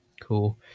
Cool